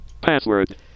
Password